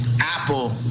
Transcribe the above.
Apple